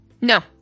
No